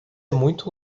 muito